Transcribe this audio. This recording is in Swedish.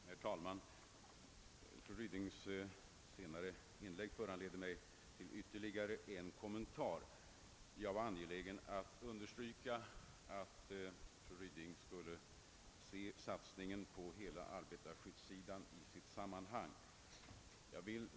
Herr talman! Fru Rydings senaste inlägg föranleder mig till ytterligare en kommentar. Jag var angelägen att understryka att fru Ryding skulle se satsningen på hela arbetarskyddssidan i sitt sammanhang.